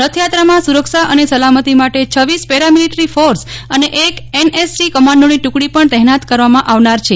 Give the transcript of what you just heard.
રથયાત્રામાં સુરક્ષા અને સલામતી માટે રહ્ પેરામીલિટરી ફોર્સ અને એક એનએસજી કમાંડોની ટુકડી પણ તહેનાત કરવામાં આવનાર છે